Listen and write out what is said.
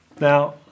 Now